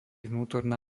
vnútorná